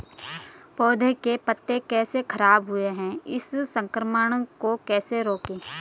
पौधों के पत्ते कैसे खराब हुए हैं इस संक्रमण को कैसे रोकें?